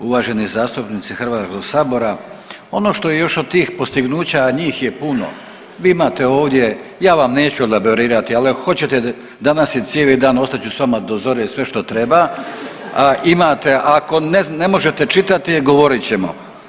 Uvaženi zastupnici Hrvatskog sabora, ono što je još od tih postignuća, a njih je puno, vi imate ovdje, ja vam neću elaborirati, ali ako hoćete danas je cijeli dan ostat ću s vama do zore sve što treba imate, a ako ne možete čitati govorit ćemo.